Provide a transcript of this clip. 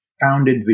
founded